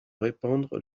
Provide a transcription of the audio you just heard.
répandre